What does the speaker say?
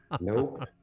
nope